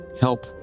help